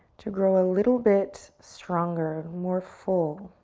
to grow a little bit stronger, more full.